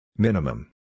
Minimum